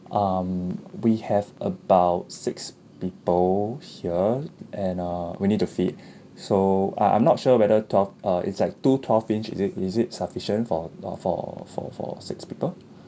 um we have about six people here and uh we need to feed so I I'm not sure whether twelve uh it's like two twelve inch is it is it sufficient for uh for for for six people